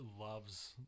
loves